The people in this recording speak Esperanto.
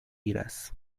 iras